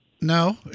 No